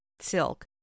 silk